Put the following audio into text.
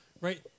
right